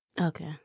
Okay